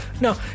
No